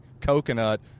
coconut